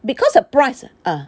because the price